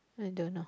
I don't know